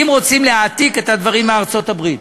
אם רוצים להעתיק את הדברים מארצות-הברית.